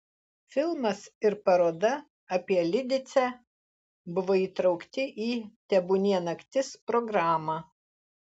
filmas ir paroda apie lidicę buvo įtraukti į tebūnie naktis programą